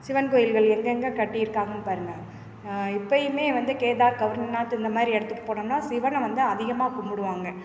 சிவன் கோயில்கள் எங்கெங்கே கட்டியிருக்காங்கனு பாருங்கள் இப்போயுமே வந்து கேதார் கௌரநாத் இந்தமாதிரி இடத்துக்கு போனோம்னால் சிவனை வந்து அதிகமாக கும்பிடுவாங்க